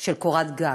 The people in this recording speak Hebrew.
של קורת גג.